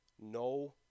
no